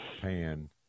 pan